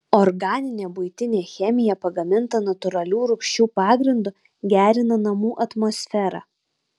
organinė buitinė chemija pagaminta natūralių rūgščių pagrindu gerina namų atmosferą